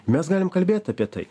mes galim kalbėt apie tai